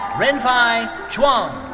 renfei zhuang.